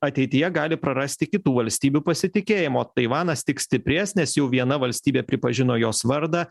ateityje gali prarasti kitų valstybių pasitikėjimą o taivanas tik stiprės nes jau viena valstybė pripažino jos vardą